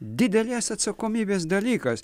didelės atsakomybės dalykas